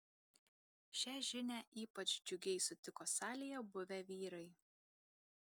šią žinią ypač džiugiai sutiko salėje buvę vyrai